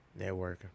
Networking